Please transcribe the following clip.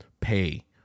pay